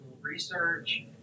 research